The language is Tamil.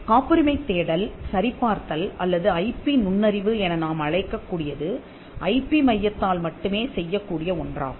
காப்புரிமை தேடல் சரி பார்த்தல் அல்லது ஐபி நுண்ணறிவு என நாம் அழைக்கக் கூடியது ஐபி மையத்தால் மட்டுமே செய்யக் கூடிய ஒன்றாகும்